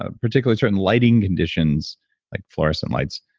ah particularly certain lighting conditions like fluorescent lights,